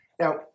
Now